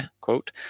quote